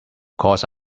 course